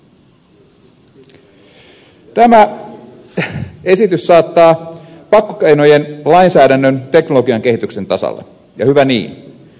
tämä esitys saattaa pakkokeinojen lainsäädännön teknologian kehityksen tasalle ja hyvä niin